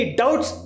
doubts